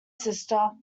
sister